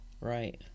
Right